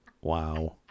Wow